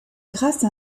grâce